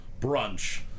brunch